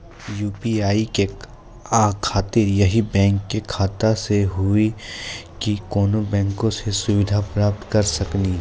UPI के खातिर यही बैंक के खाता से हुई की कोनो बैंक से सुविधा प्राप्त करऽ सकनी?